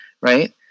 right